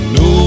no